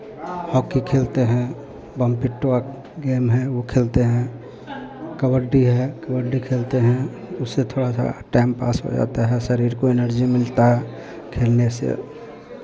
hockey खेलते हैं बमपिटवक गेम है वो खेलते हैं कबड्डी है कबड्डी खेलते हैं उससे थोड़ा सा टाइम पास हो जाता है शरीर को एनर्जी मिलता है खेलने से